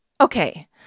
Okay